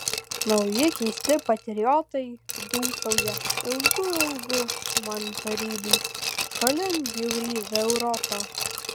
nauji keisti patriotai dūsauja ilgu ilgu man tarybų šalin bjaurybę europą